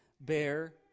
bear